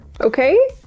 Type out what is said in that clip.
okay